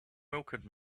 welcomed